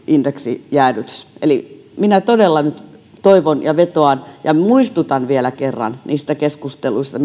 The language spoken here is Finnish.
indeksijäädytys eli minä todella nyt vetoan siihen ja muistutan vielä kerran niistä keskusteluista